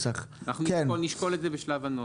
נשקול בשלב הנוסח.